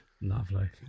Lovely